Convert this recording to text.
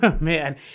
man